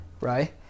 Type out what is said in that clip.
right